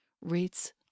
rates